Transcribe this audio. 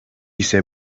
ise